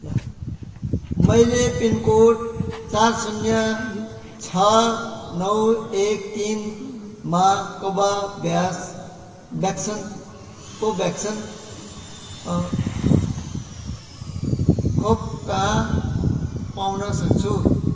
मैले पिनकोड चार शून्य छ नौ एक तिनमा कोभाभ्याक्स भ्याक्सिनको भ्याक्सिन खोप कहाँ पाउनसक्छु